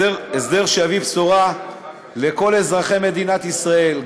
הסדר שיביא בשורה לכל אזרחי מדינת ישראל,